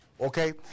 Okay